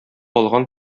алган